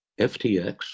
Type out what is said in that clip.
FTX